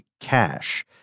cash